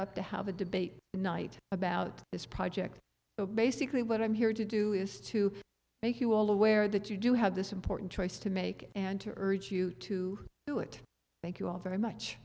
up to have a debate night about this project but basically what i'm here to do is to make you all aware that you do have this important choice to make and to urge you to do it thank you all very much